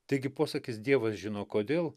taigi posakis dievas žino kodėl